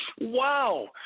Wow